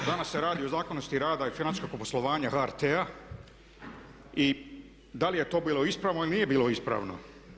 Danas se radi o zakonitosti rada i financijskog poslovanja HRT-a i da li je to bilo ispravno ili nije bilo ispravno.